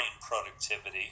productivity